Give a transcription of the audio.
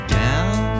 down